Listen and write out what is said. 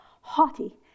haughty